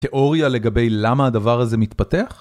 תיאוריה לגבי למה הדבר הזה מתפתח?